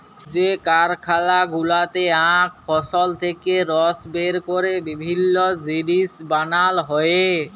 যে কারখালা গুলাতে আখ ফসল থেক্যে রস বের ক্যরে বিভিল্য জিলিস বানাল হ্যয়ে